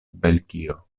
belgio